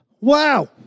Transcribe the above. wow